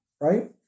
Right